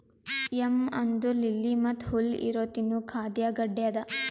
M ಅಂದುರ್ lily ಮತ್ತ ಹುಲ್ಲು ಇರೊ ತಿನ್ನುವ ಖಾದ್ಯ ಗಡ್ಡೆ ಅದಾ